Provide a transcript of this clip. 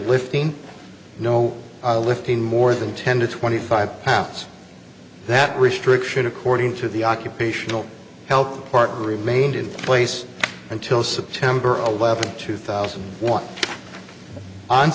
lifting no lifting more than ten to twenty five pounds that restriction according to the occupational health part remained in place until september of two thousand one